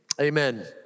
amen